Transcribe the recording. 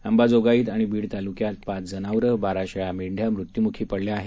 अंबाजोगाईत आणि बीड तालुक्यात पाच जनावरं बारा शेळ्या मेंढ्या मृत्युमुखी पडल्या आहेत